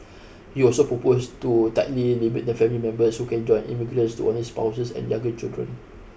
he also proposed to tightly limit the family members who can join immigrants to only spouses and younger children